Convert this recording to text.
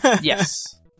Yes